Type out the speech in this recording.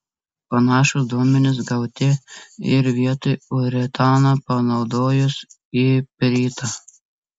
panašūs duomenys gauti ir vietoj uretano panaudojus ipritą